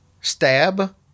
stab